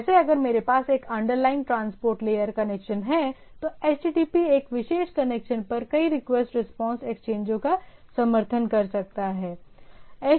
जैसे अगर मेरे पास एक अंडरलाइनग ट्रांसपोर्ट लेयर कनेक्शन है तो HTTP एक विशेष कनेक्शन पर कई रिक्वेस्ट रिस्पांस एक्सचेंजों का समर्थन कर सकता है